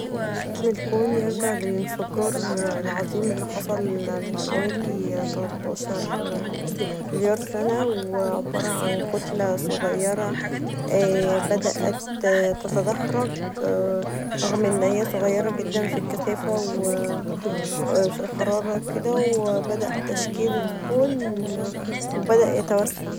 اصل الكون يرجع للانفجار العظيم اللي حصل من حوالي تلاتاشر مليون سنه و عباره عن كتله صغيره بدات تتدحرج رغم انها صغيره جدا في الكثافه و في الحراره كدا و بدأ تشكيل الكون و بدأ يتوسع.